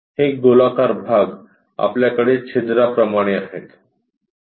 हे गोलाकार भाग आपल्याकडे छिद्राप्रमाणे आहेत